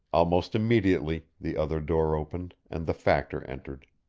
almost immediately the other door opened and the factor entered.